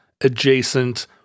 adjacent